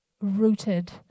rooted